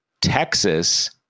Texas